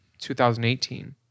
2018